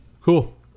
Cool